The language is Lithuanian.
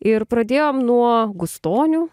ir pradėjom nuo gustonių